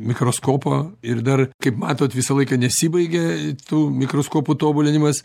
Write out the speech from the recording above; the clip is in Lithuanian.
mikroskopo ir dar kaip matot visą laiką nesibaigia tų mikroskopų tobulinimas